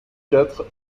quatre